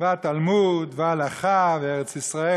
והתלמוד וההלכה וארץ-ישראל,